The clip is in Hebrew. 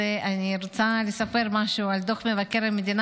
אני רוצה לספר משהו על דוח מבקר המדינה